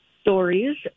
stories